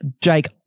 Jake